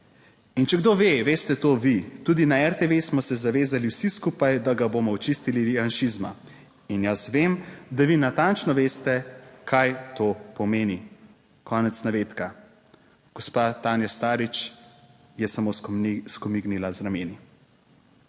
"In če kdo ve, veste to vi. Tudi na RTV smo se zavezali vsi skupaj, da ga bomo očistili janšizma. In jaz vem, da vi natančno veste, kaj to pomeni." (Konec navedka.) Gospa Tanja Starič je samo skomignila z rameni.